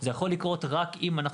זה יכול לקרות רק אם,